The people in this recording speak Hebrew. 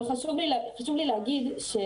אבל חשוב לי להגיד,